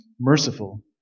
merciful